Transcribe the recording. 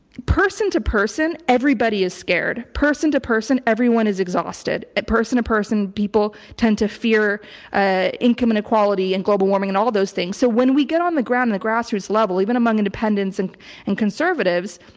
person to person everybody is scared. person to person, everyone is exhausted. person to person, people tend to fear ah income inequality and global warming and all of those things. so when we get on the ground, the grassroots level, even among independents and and conservatives,